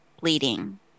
bleeding